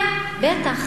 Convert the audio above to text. כן, בטח,